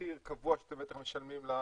בטח יש איזה מחיר קבוע שאתם משלמים למפעילים.